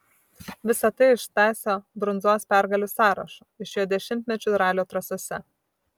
visa tai iš stasio brundzos pergalių sąrašo iš jo dešimtmečių ralio trasose